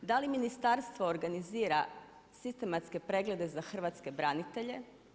Da li ministarstvo organizira sistematske preglede za hrvatske branitelje?